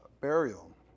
burial